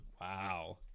Wow